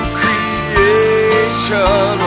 creation